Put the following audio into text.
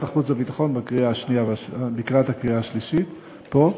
החוץ והביטחון לקראת הקריאה השנייה והשלישית פה,